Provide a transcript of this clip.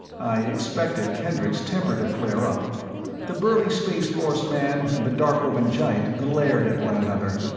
i expected kendricks' temper to flare up the burly spaceforce man and the darkovan giant glared at one another,